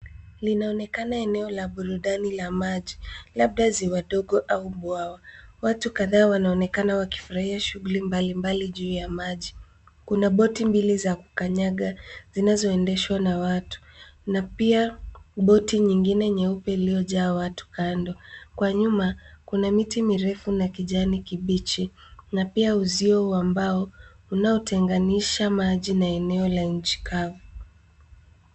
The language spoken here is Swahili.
Linaonekana eneo la burudani la maji, labda ziwa dogo au bwawa. Watu kadhaa wanaonekana wakifurahia shughuli mbalimbali juu ya maji. Kuna boti mbili za kukanyaga, zinazoendeshwa na watu, na pia boti nyingine nyeupe iliyojaa watu kando. Kwa nyuma, kuna miti mirefu ya kijani kibichi, na pia uzio wa mbao, unaotenganisha maji na eneo la nchi kavu.